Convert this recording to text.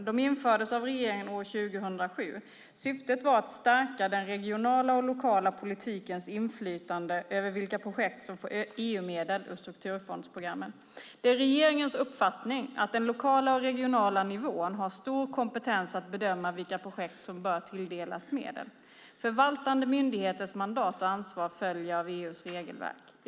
De infördes av regeringen år 2007. Syftet var att stärka den regionala och lokala politikens inflytande över vilka projekt som får EU-medel ur strukturfondsprogrammen. Det är regeringens uppfattning att den lokala och regionala nivån har stor kompetens att bedöma vilka projekt som bör tilldelas medel. Förvaltande myndigheters mandat och ansvar följer av EU:s regelverk.